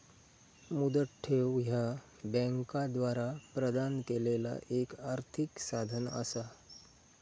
मुदत ठेव ह्या बँकांद्वारा प्रदान केलेला एक आर्थिक साधन असा